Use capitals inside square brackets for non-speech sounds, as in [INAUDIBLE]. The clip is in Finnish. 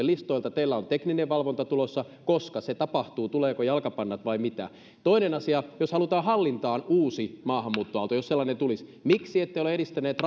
[UNINTELLIGIBLE] listoilta teillä on tekninen valvonta tulossa koska se tapahtuu tuleeko jalkapannat vai mitä toinen asia jos halutaan hallintaan uusi maahanmuuttoaalto jos sellainen tulisi miksi ette ole edistäneet [UNINTELLIGIBLE]